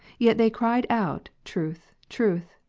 yet they cried out truth, truth,